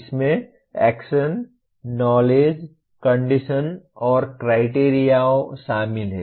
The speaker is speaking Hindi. इसमें एक्शन नॉलेज कंडीशन और क्राइटेरिओं शामिल हैं